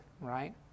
right